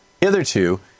Hitherto